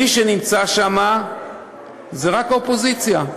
מי שנמצא שם זה רק האופוזיציה.